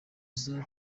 izo